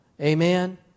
Amen